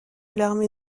l’armée